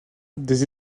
des